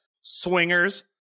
Swingers